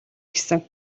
гэсэн